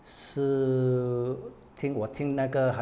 是听我听那个